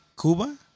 Cuba